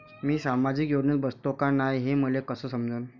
मी सामाजिक योजनेत बसतो का नाय, हे मले कस समजन?